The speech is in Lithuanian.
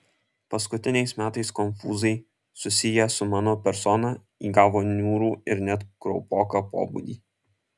paskutiniais metais konfūzai susiję su mano persona įgavo niūrų ir net kraupoką pobūdį